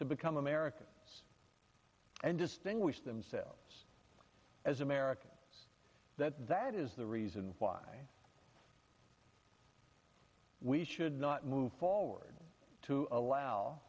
to become american and distinguished themselves as american that is the reason why we should not move forward to allow